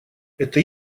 это